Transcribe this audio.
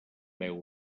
veure